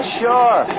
sure